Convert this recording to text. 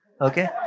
Okay